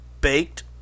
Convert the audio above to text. baked